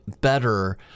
better